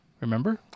Remember